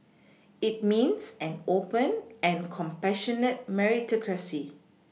it means an open and compassionate Meritocracy